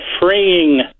freeing